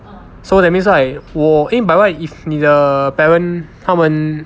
so that means right 我因为 by right if 你的 parent 他们